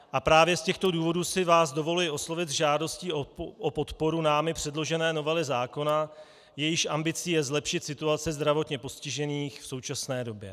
A právě z těchto důvodů si vás dovoluji oslovit s žádostí o podporu námi předložené novely zákona, jejíž ambicí je zlepšit situace zdravotně postižených v současné době.